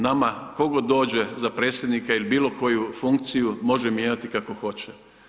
Nama tko god dođe za predsjednika ili bilo koju funkciju, može mijenjati kako hoće.